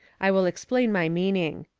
i will explain my meaning.